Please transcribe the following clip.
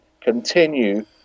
continue